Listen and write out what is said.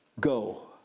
go